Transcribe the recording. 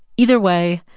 either way,